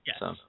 Yes